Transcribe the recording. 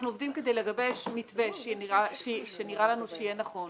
עובדים כדי לגבש מתווה שנראה לנו שיהיה נכון.